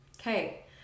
okay